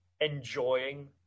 enjoying